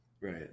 Right